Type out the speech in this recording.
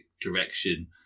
direction